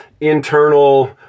internal